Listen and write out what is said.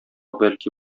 бәлки